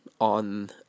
on